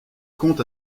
compte